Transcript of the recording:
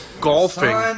Golfing